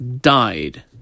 died